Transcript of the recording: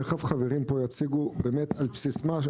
תכף חברים פה יציגו על בסיס מה,